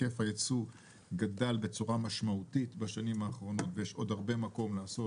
היקף הייצוא גדל בצורה משמעותית בשנים האחרונות ויש עוד מקום לעשות.